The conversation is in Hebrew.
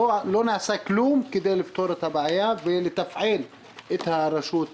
לא נעשה כלום כדי לפתור את הבעיה ולתפעל את הרשות מחדש.